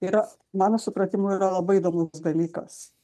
yra mano supratimu yra labai įdomus dalykas